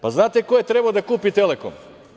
Pa, znate ko je trebao da kupi „Telekom“